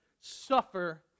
suffer